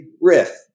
riff